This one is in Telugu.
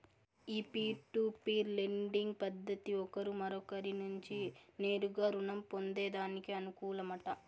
ఈ పీర్ టు పీర్ లెండింగ్ పద్దతి ఒకరు మరొకరి నుంచి నేరుగా రుణం పొందేదానికి అనుకూలమట